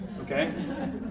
Okay